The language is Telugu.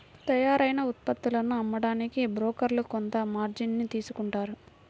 తయ్యారైన ఉత్పత్తులను అమ్మడానికి బోకర్లు కొంత మార్జిన్ ని తీసుకుంటారు